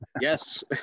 yes